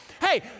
hey